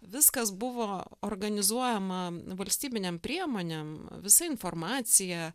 viskas buvo organizuojama valstybinėm priemonėm visa informacija